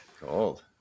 Cold